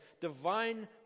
divine